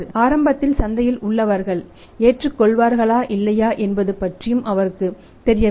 ஆரம்பத்தில் சந்தையில் உள்ளவர்கள் ஏற்றுக்கொள்வார்களா இல்லையா என்பது பற்றியும் அவருக்கு தெரியவில்லை